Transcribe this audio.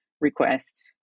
request